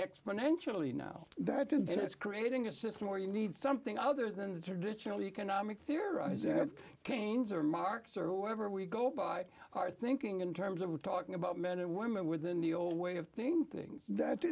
exponentially now that it's creating a system where you need something other than the traditional economic theory is that keynes or marx or whoever we go by are thinking in terms of talking about men and women within the old way of thinking that th